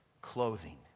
clothing